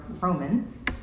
Roman